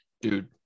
dude